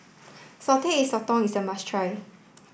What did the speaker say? salted egg sotong is a must try